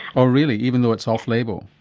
oh really, even though it's off label?